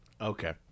Okay